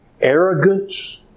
arrogance